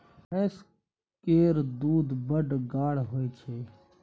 भैंस केर दूध बड़ गाढ़ होइ छै